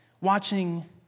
watching